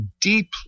deeply